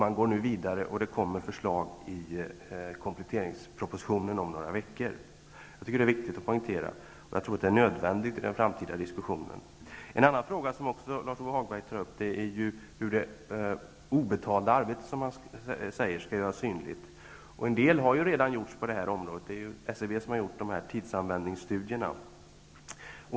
Man går nu vidare och det skall komma förslag i kompletteringspropositionen om några veckor. Jag tycker det är viktigt och nödvändigt för framtida diskussioner att betona natur och miljöräkenskaperna. En annan fråga som Lars-Ove Hagberg också tog upp är att det obetalda arbetet skall göras synligt. En del har redan gjorts på detta område -- det är ju SCB som har gjort tidsanvändningsstudierna.